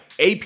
AP